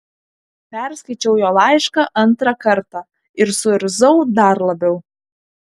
perskaičiau jo laišką antrą kartą ir suirzau dar labiau